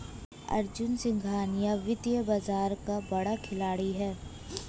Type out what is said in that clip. अर्जुन सिंघानिया वित्तीय बाजार का बड़ा खिलाड़ी है